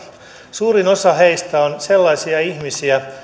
suurin osa heistä on sellaisia ihmisiä